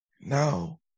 Now